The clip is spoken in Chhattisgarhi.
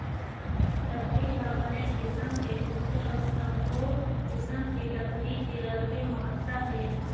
लकड़ी ह बनेच किसम के होथे अउ सब्बो किसम के लकड़ी के अलगे महत्ता हे